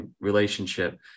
relationship